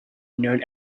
known